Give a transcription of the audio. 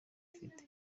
afite